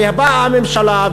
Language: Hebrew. הרי באה הממשלה,